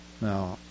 Now